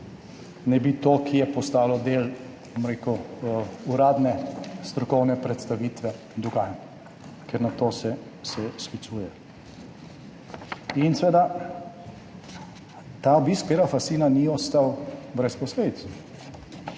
bi to postalo del uradne strokovne predstavitve dogajanj, ker na to se sklicuje. Seveda ta obisk Piera Fassina ni ostal brez posledic.